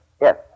Yes